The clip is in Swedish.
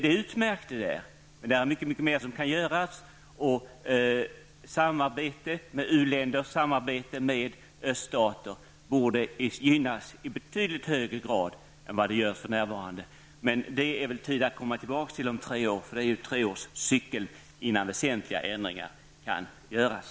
Det är utmärkt, men mycket mer kan göras. Samarbete med u-länder och öststater borde gynnas i betydligt högre grad än vad som är fallet för närvarande. Men det blir väl möjligt att komma tillbaka till den frågan om tre år. Det blir ju fråga om en treårsperiod innan väsentliga ändringar kan göras.